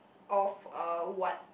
of uh what